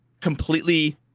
completely